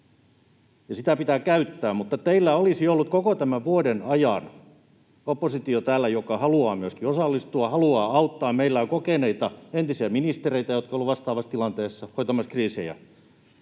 sitä pitää käyttää, mutta teillä olisi ollut koko tämän vuoden ajan täällä oppositio, joka haluaa myöskin osallistua, haluaa auttaa. Meillä on kokeneita entisiä ministereitä, jotka ovat olleet vastaavassa tilanteessa hoitamassa kriisejä.